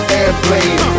airplane